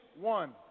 one